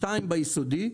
שתיים ביסודי,